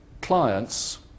clients